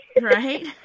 Right